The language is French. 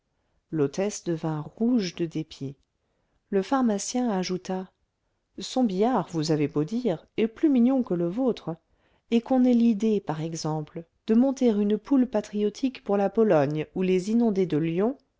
l'hôtesse devint rouge de dépit le pharmacien ajouta son billard vous avez beau dire est plus mignon que le vôtre et qu'on ait l'idée par exemple de monter une poule patriotique pour la pologne ou les inondés de lyon